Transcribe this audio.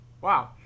Wow